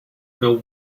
bill